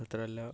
മാത്രമല്ലാ